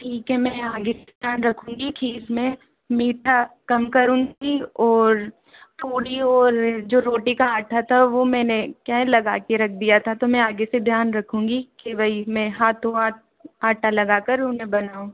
ठीक है मैं आगे से ध्यान रखूंगी खीर मैं मीठा कम करूंगी और थोडी और जो रोटी का आटा था वो मैंने क्या है लगाके रख दिया था तो मैं आगे से ध्यान रखूंगी कि वही मैं हाथों हाथ आटा लगा कर उने बनाऊँ